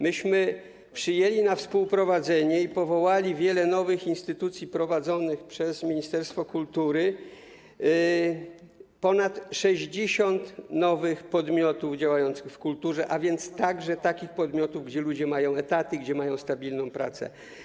Myśmy przyjęli na współprowadzenie i powołali wiele nowych instytucji prowadzonych przez ministerstwo kultury, to ponad 60 nowych podmiotów działających w kulturze, a więc także takich podmiotów, gdzie ludzie mają etaty, gdzie mają stabilną pracę.